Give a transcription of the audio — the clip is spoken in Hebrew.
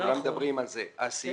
כולם מדברים על כך.